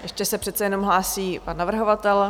Ještě se přece jen hlásí pan navrhovatel.